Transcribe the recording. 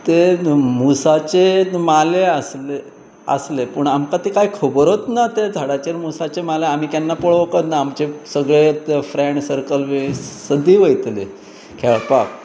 तें मुसाचे मालें आसले आसले पूण आमकां ते कांय खबरच ना ते झाडाचेर मसाचे माले आमी केन्ना पळोवंक ना आमचे सगळे ते फ्रँड सर्कल बी सदींच वयताले खेळपाक